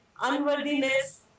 unworthiness